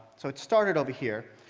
so it started over here.